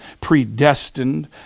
predestined